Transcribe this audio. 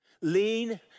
Lean